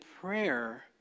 prayer